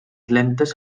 lentes